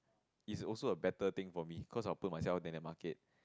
it's also a better thing for me cause I'll put myself out in the market